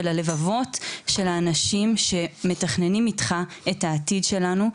וללבבות של האנשים שמתכננים איתך את העתיד שלנו,